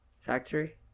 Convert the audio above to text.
factory